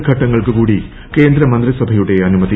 ഘട്ടങ്ങൾക്കുകൂടി കേന്ദ്രമന്ത്രിസഭയുടെ അനുമതി